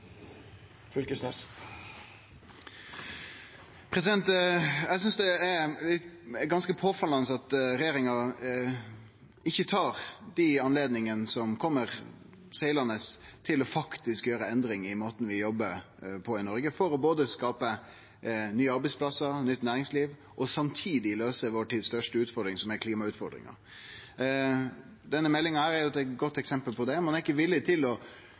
Eg synest det er ganske påfallande at regjeringa ikkje tar dei anledningane som kjem seglande, til faktisk å gjere endring i måten vi jobbar på i Noreg, for både å skape nye arbeidsplassar og nytt næringsliv og samtidig løyse vår tids største utfordring, som er klimautfordringa. Denne meldinga er eit godt eksempel på det. Ein er ikkje villig til å